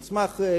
על סמך גיור.